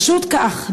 פשוט כך,